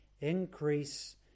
Increase